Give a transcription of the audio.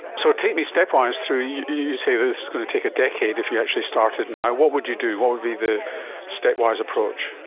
so take me stepwise through, you say this is going to take a decade if you actually started now. what would you do, what would be the stepwise approach?